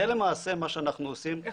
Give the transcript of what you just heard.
זה למעשה מה שאנחנו עושים.